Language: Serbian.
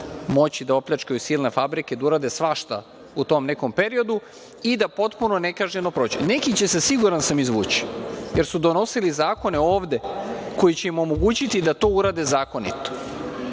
moći da opljačkaju silne fabrike, da urade svašta u tom nekom periodu i da potpuno nekažnjeno prođu. Neki će se, siguran sam, izvući jer su donosili zakone ovde koji će im omogućiti da to urade zakonito,